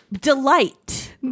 delight